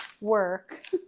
work